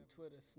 Twitter